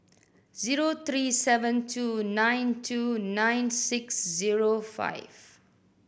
zero three seven two nine two nine six zero five